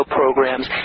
programs